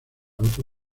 otro